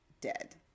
dead